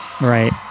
Right